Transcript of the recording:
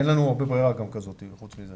אין לנו הרבה ברירה חוץ מזה.